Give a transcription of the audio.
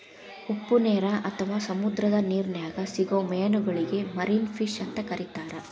ಉಪ್ಪನೇರು ಅತ್ವಾ ಸಮುದ್ರದ ನಿರ್ನ್ಯಾಗ್ ಸಿಗೋ ಮೇನಗಳಿಗೆ ಮರಿನ್ ಫಿಶ್ ಅಂತ ಕರೇತಾರ